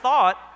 thought